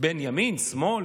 בין ימין לשמאל